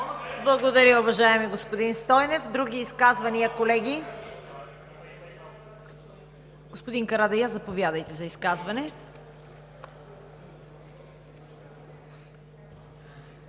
Благодаря, уважаеми господин Стойнев. Други изказвания, колеги? Господин Карадайъ, заповядайте.